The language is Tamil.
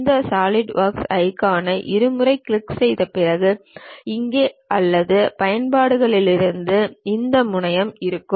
இந்த சாலிட்வொர்க் ஐகானை இருமுறை கிளிக் செய்த பிறகு இங்கே அல்லது பயன்பாடுகளிலிருந்து இந்த முனையம் இருக்கும்